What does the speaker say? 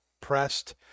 pressed